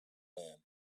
caravan